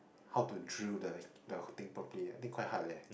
how to drill the the thing properly I think quite hard leh